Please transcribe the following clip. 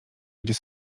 gdzie